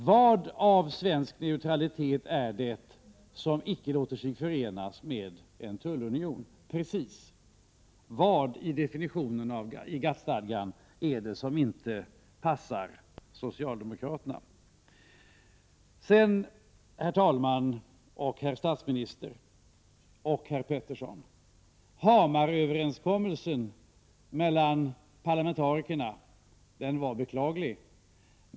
Vad i svensk neutralitet låter sig icke förenas med en tullunion? Exakt vad är det i GATT-stadgans definition av begreppet tullunion som inte passar socialdemokraterna? Den överenskommelse som slöts i Hamar av parlamentarikerna var — herr statsminister och herr Lennart Pettersson — beklaglig.